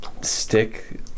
stick